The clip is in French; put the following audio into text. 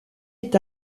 est